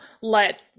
let